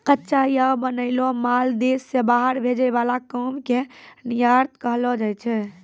कच्चा या बनैलो माल देश से बाहर भेजे वाला काम के निर्यात कहलो जाय छै